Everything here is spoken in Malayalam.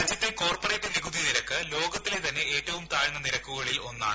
രാജ്യത്തെ കോർപ്പറേറ്റ് നിരക്ക് ലോകത്തിലെ തന്നെ ഏറ്റവും താഴ്ന്ന നിരക്കുകളിൽ ഒന്നാണ്